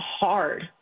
hard